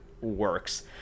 works